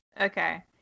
Okay